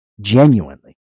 genuinely